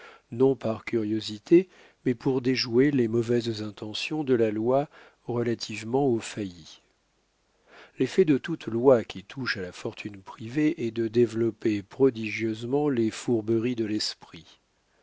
non par curiosité mais pour déjouer les mauvaises intentions de la loi relativement aux faillis l'effet de toute loi qui touche à la fortune privée est de développer prodigieusement les fourberies de l'esprit